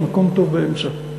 מקום טוב באמצע,